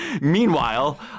Meanwhile